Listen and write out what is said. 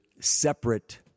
separate